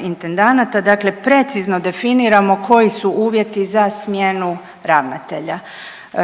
intendanata, dakle precizno definiramo koji su uvjeti za smjenu ravnatelja.